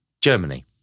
Germany